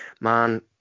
man